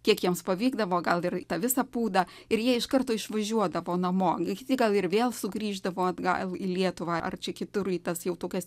kiek jiems pavykdavo gal ir tą visą pūdą ir jie iš karto išvažiuodavo namo ir kiti gal ir vėl sugrįždavo atgal į lietuvą ar čia kitur į tas jau tokias